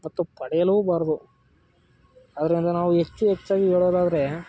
ಮತ್ತು ಪಡೆಯಲೂಬಾರದು ಆದ್ದರಿಂದ ನಾವು ಹೆಚ್ಚು ಹೆಚ್ಚಾಗಿ ಹೇಳೋದಾದರೆ